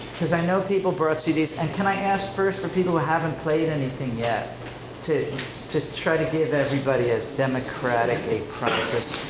cause i know people brought cds and can i ask first for people who haven't played anything yet to to try to give everybody as democratically a process.